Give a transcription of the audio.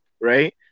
right